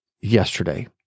yesterday